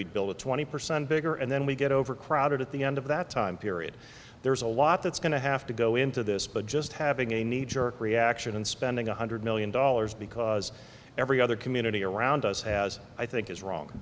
we build a twenty percent bigger and then we get overcrowded at the end of that time period there's a lot that's going to have to go into this but just having a knee jerk reaction and spending one hundred million dollars because every other community around us has i think is wrong